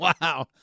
Wow